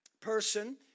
person